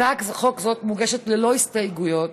הצעת חוק זאת מוגשת ללא הסתייגויות,